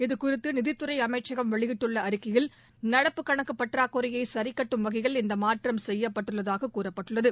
இது குறித்து நிதித்துறை அமைச்சகம் வெளியிட்டுள்ள அறிக்கையில் நடப்பு கணக்கு பற்றாக்குறையை சரிகட்டும் வகையில் இந்த மாற்றம் செய்யப்பட்டுள்ளதாக கூறப்பட்டுள்ளது